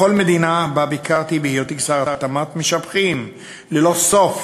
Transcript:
בכל מדינה שבה ביקרתי בהיותי שר התמ"ת משבחים ללא סוף